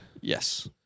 Yes